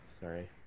sorry